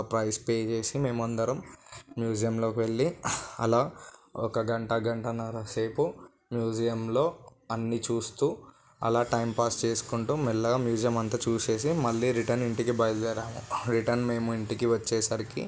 ఆ price pay చేసి మేము అందరం మ్యూజియంలోకి వెళ్ళి అలా ఒక గంట గంటన్నర సేపు మ్యూజియంలో అన్నీ చూస్తు అలా టైంపాస్ చేసుకుంటు మెల్లగా మ్యూజియం అంత చూసేసి మళ్ళీ రిటర్న్ ఇంటికి బయలుదేరాము రిటర్న్ మేము ఇంటికి వచ్చేసరికి